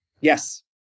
yes